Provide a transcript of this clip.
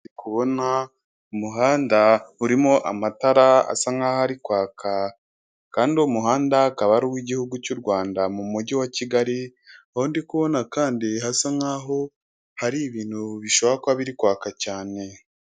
Ndi kubona umuhanda urimo amatara asa nkaho ari kwaka, kandi umuhanda akaba ari uw'igihugu cy'Urwanda mu mujyi wa Kigali, aho ndi kubona kandi hasa nkaho hari ibintu bishobora kuba biri kwaka cyane.